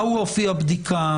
מהו אופי הבדיקה?